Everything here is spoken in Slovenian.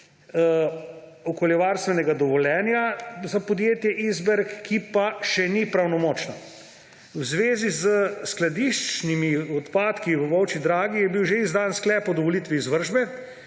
okoljevarstvenega dovoljenja za podjetje Isberg, ki pa še ni pravnomočna. V zvezi s skladiščnimi odpadki v Volčji Dragi je bil že izdan sklep o dovolitvi izvršbe.